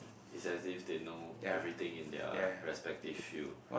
is as if they know everything in their respective field